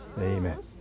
Amen